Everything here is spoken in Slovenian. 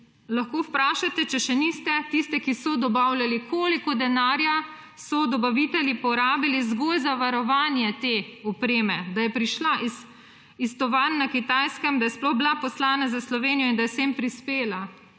lahko vprašate, če še niste, tiste, ki so dobavljali, koliko denarja so dobavitelji porabili zgolj za varovanje teh opreme, da je prišla iz tovarn na Kitajskem, da je sploh bila poslala za Slovenijo in da je sem prispela.